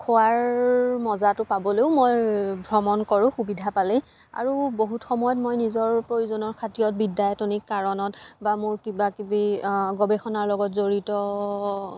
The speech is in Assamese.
খোৱাৰ মজাটো পাবলৈও মই ভ্ৰমণ কৰোঁ সুবিধা পালেই আৰু বহুত সময়ত মই নিজৰ প্ৰয়োজনৰ খাতিৰত বিদ্যায়তনিক কাৰণত বা মোৰ কিবা কিবি গৱেষণাৰ লগত জড়িত